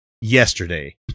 yesterday